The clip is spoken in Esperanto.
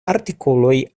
artikoloj